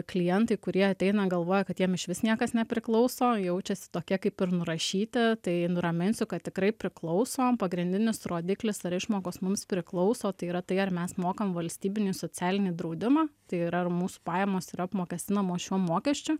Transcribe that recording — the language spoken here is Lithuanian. klientai kurie ateina galvoja kad jiem išvis niekas nepriklauso jaučiasi tokie kaip ir nurašyti tai nuraminsiu kad tikrai priklauso pagrindinis rodiklis ar išmokos mums priklauso tai yra tai ar mes mokam valstybinį socialinį draudimą tai yra ar mūsų pajamos yra apmokestinamos šiuo mokesčiu